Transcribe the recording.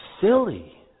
silly